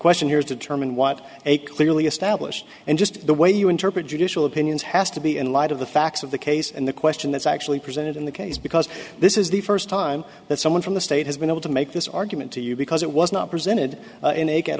question here is to determine what a clearly established and just the way you interpret judicial opinions has to be in light of the facts of the case and the question that's actually presented in the case because this is the first time that someone from the state has been able to make this argument to you because it was not presented